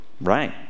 right